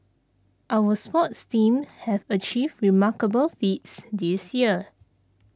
our sports teams have achieved remarkable feats this year